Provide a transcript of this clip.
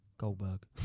Goldberg